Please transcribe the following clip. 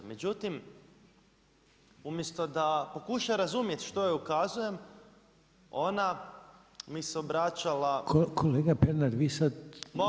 Međutim, umjesto da pokuša razumjeti što joj ukazujem ona mi se obraćala